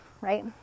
right